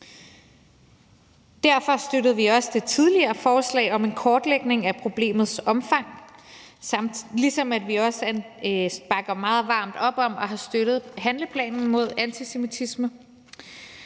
Derfor støttede vi også det tidligere forslag om en kortlægning af problemets omfang, ligesom vi også bakker meget varmt op om og har støttet handleplanen mod antisemitisme,